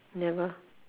never